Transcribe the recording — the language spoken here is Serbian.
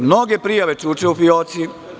Mnoge prijave čuče u fioci.